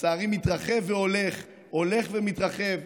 שלצערי מתרחב והולך, הולך ומתרחב,